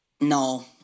No